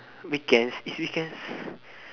weekends is weekends